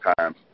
times